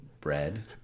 bread